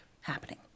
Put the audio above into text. happening